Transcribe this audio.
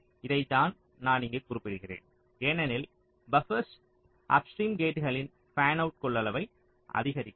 இதைத்தான் நான் இங்கே குறிப்பிடுகிறேன் ஏனெனில் பப்பர்ஸ் அப்ஸ்ட்ரீம் கேட்களின் ஃபேன்அவுட் கொள்ளளவை அதிகரிக்காது